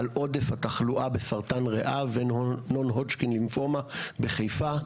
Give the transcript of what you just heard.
על עודף התחלואה בסרטן ריאה ו-Non-Hodgkin lymphoma בחיפה,